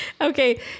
Okay